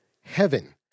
heaven